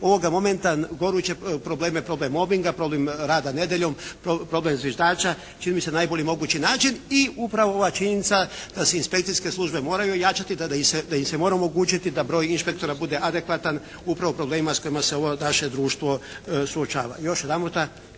ovoga momenta goruće probleme, problem mobinga, problem rada nedjeljom, problem zviždača čini mi se na najbolji mogući način. I upravo ova činjenica da se inspekcije službe moraju ojačati, da im se mora omogućiti da broj inspektora bude adekvatan upravo problemima s kojima se ovo naše društvo suočava.